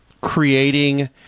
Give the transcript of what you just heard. creating